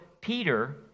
Peter